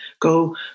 go